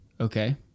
Okay